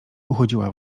uchodziła